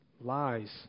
lies